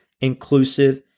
inclusive